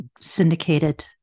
syndicated